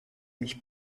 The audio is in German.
mich